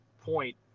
point